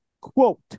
quote